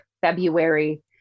February